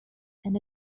and